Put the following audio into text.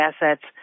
assets